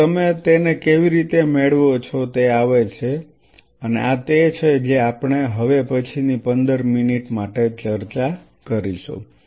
હવે તમે તેને કેવી રીતે મેળવો છો તે આવે છે અને આ તે છે જે આપણે હવે પછીની પંદર મિનિટ માટે ચર્ચા કરીશું